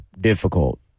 difficult